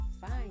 fine